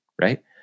right